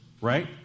right